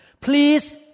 Please